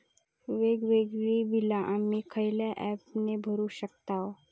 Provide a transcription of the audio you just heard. वेगवेगळी बिला आम्ही खयल्या ऍपने भरू शकताव?